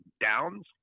downs